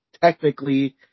technically